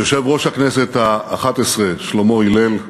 יושב-ראש הכנסת האחת-עשרה שלמה הלל,